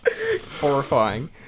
Horrifying